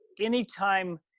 anytime